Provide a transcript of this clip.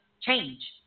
change